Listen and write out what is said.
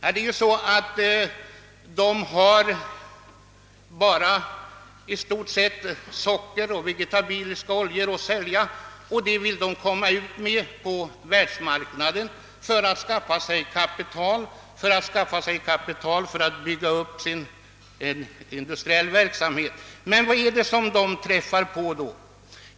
Det är ju så att de i stort sett bara har socker och vegetabiliska oljor att sälja, och de produkterna vill de ha ut på världsmarknaden för att på det sättet skaffa sig kapital till att bygga upp industriell verksamhet. Men vad är det som de träffar på då?